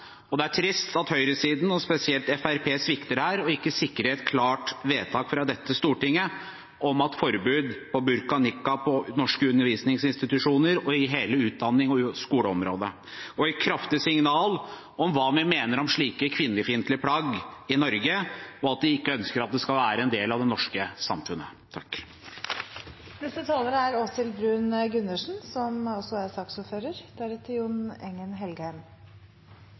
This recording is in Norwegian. Det er trist at høyresiden og spesielt Fremskrittspartiet svikter her og ikke sikrer et klart vedtak fra dette storting om et forbud mot burka og nikab ved norske undervisningsinstitusjoner og i hele utdannings- og skoleområdet – et kraftig signal om hva vi mener om slike kvinnefiendtlige plagg i Norge, og at vi ikke ønsker at det skal være en del av det norske samfunnet.